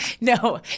No